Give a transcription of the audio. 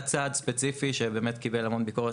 היה צעד ספציפי שבאמת קיבל המון ביקורת